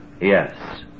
Yes